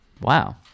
Wow